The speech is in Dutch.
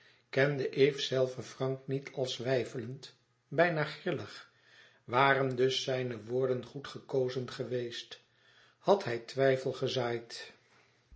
kende eve zelve frank niet als weifelend bijna grillig waren dus zijne woorden goed gekozen geweest had hij twijfel gezaaid